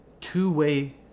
two-way